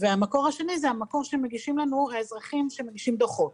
והמקור השני הוא האזרחים שמגישים דוחות.